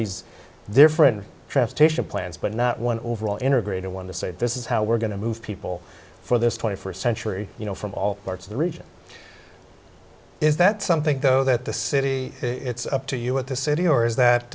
these different transportation plans but not one overall in or greater one to say this is how we're going to move people for this twenty first century you know from all parts of the region is that something though that the city it's up to you what the city or is